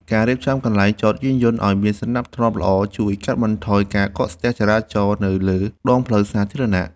ការរៀបចំកន្លែងចតយានយន្តឱ្យមានសណ្ដាប់ធ្នាប់ល្អជួយកាត់បន្ថយការកកស្ទះចរាចរណ៍នៅលើដងផ្លូវសាធារណៈ។